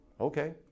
Okay